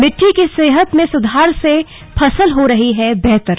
मिट्टी की सेहत में सुधार से फसल हो रही है बेहतर